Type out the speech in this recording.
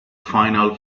final